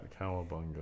cowabunga